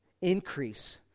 increase